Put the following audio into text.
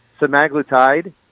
semaglutide